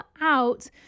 out